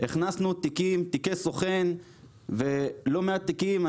הכנסנו תיקי סוכן ולא מעט תיקים,